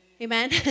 Amen